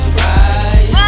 right